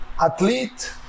athlete